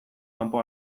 kanpo